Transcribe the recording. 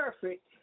perfect